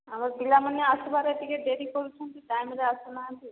ଆମ ପିଲାମାନେ ଆସିବାରେ ଟିକିଏ ଡେରି କରୁଛନ୍ତି ଟାଇମ୍ରେ ଆସୁନାହାନ୍ତି